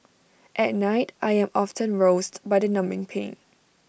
at night I am often roused by the numbing pain